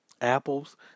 apples